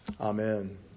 Amen